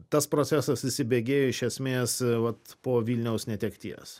tas procesas įsibėgėjo iš esmės vat po vilniaus netekties